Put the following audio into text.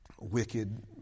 wicked